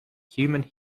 human